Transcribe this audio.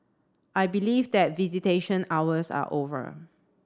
I believe that visitation hours are over